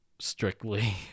Strictly